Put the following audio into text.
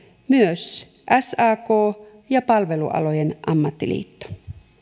myös sak ja palvelualojen ammattiliitto